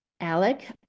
Alec